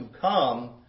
come